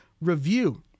review